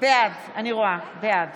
בעד